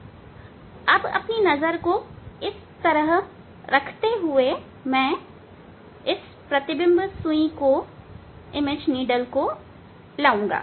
अब अपनी नजर को इस तरह रखते हुए मैं प्रतिबिंब सुई को लगाऊंगा